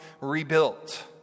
rebuilt